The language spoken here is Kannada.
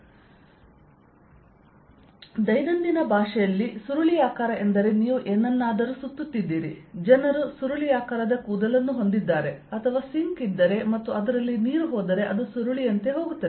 Curl ExEz∂y Ey∂zyEx∂z Ez∂xzEy∂x Ex∂y ದೈನಂದಿನ ಭಾಷೆಯಲ್ಲಿ ಸುರುಳಿಯಾಕಾರ ಎಂದರೆ ನೀವು ಏನನ್ನಾದರೂ ಸುತ್ತುತ್ತಿದ್ದೀರಿ ಜನರು ಸುರುಳಿಯಾಕಾರದ ಕೂದಲನ್ನು ಹೊಂದಿದ್ದಾರೆ ಅಥವಾ ಸಿಂಕ್ ಇದ್ದರೆ ಮತ್ತು ಅದರಲ್ಲಿ ನೀರು ಹೋದರೆ ಅದು ಸುರುಳಿಯಂತೆ ಹೋಗುತ್ತದೆ